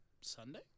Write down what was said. Sunday